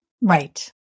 Right